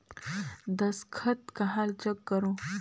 दस्खत कहा जग करो?